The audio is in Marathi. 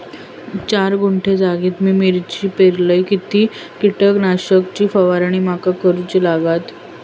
चार गुंठे जागेत मी मिरची पेरलय किती कीटक नाशक ची फवारणी माका करूची लागात?